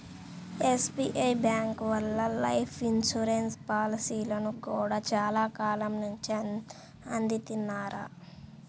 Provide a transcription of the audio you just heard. SBI bank వాళ్ళు life insurance పాలసీలను గూడా చానా కాలం నుంచే అందిత్తన్నారు